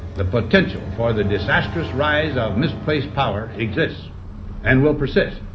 the potential for the disastrous rise of misplaced power exists and will persist.